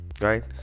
right